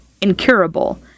incurable